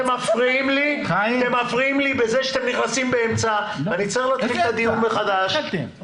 אתם מפריעים לי בזה שאתם נכנסים באמצע ואני צריך להתחיל מחדש את הדיון.